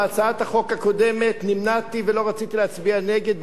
בהצעת החוק הקודמת נמנעתי ולא רציתי להצביע נגד,